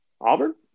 Auburn